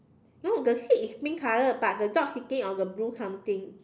no the seat is pink color but the dog sitting on the blue something